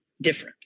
different